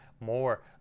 more